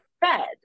fed